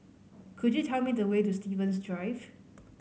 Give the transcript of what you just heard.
could you tell me the way to Stevens Drive